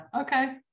Okay